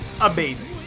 amazing